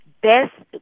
best